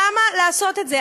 למה לעשות את זה?